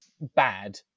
bad